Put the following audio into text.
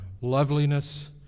loveliness